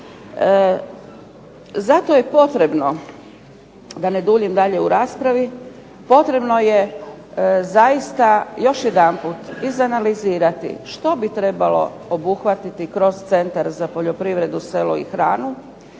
Zato je potrebno, da ne duljim dalje u raspravi, potrebno je zaista još jedanput izanalizirati što bi trebalo obuhvatiti kroz Centar za poljoprivredu, selo i hranu,